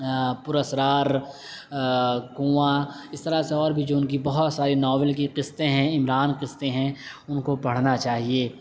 پر اسرار کنواں اس طرح سے اور بھی جو ان کی بہت ساری ناول کی قسطیں ہیں عمران قسطیں ہیں ان کو پڑھنا چاہیے